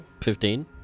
Fifteen